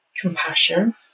compassion